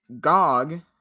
Gog